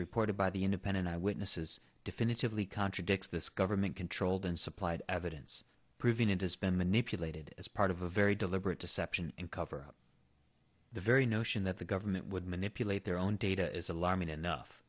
reported by the independent eyewitnesses definitively contradicts this government controlled and supplied evidence proving it has been manipulated as part of a very deliberate deception and cover up the very notion that the government would manipulate their own data is alarming enough